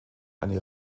eine